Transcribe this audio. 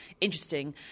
interesting